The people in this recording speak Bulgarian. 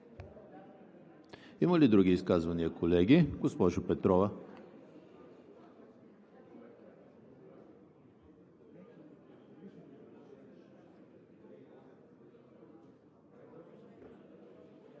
Има ли други изказвания, колеги? Госпожо Петрова.